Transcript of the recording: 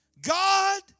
God